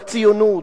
בציונות,